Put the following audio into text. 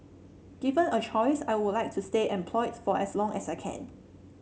given a choice I would like to stay employed for as long as I can